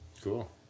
Cool